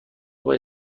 باید